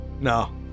No